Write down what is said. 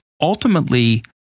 ultimately